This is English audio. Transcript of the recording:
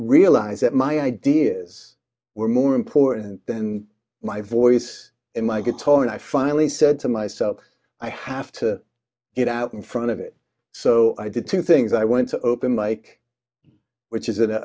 realized that my ideas were more important than my voice in my guitar and i finally said to myself i have to get out in front of it so i did two things i went to open mike which is